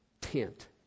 tent